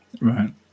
Right